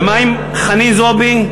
ומה עם חנין זועבי?